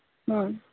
ହଁ